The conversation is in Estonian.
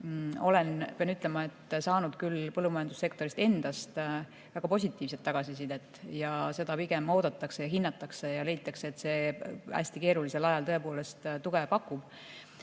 Pean ütlema, et olen saanud põllumajandussektorist endast väga positiivset tagasisidet. Seda pigem oodatakse ja hinnatakse ja leitakse, et see hästi keerulisel ajal tõepoolest pakub